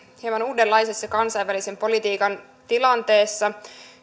hieman uudenlaisessa kansainvälisen politiikan tilanteessa